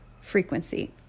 frequency